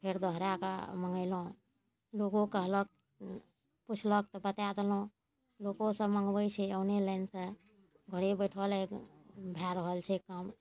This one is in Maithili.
फेर दोहरा कऽ मंगेलहुॅं लोको कहलक पूछलक तऽ बता देलहुॅं लोको सब मँगबै छै ओनलाइन सऽ घरे बैसल भऽ रहल छै काम